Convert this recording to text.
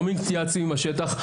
לא מתייעצים עם השטח,